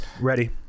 ready